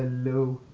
new